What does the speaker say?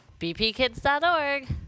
BPKids.org